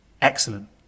excellent